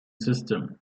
system